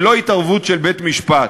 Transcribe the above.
ללא התערבות של בית-משפט.